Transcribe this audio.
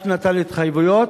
רק נטל התחייבויות,